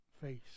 face